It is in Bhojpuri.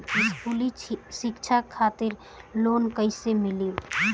स्कूली शिक्षा खातिर लोन कैसे मिली?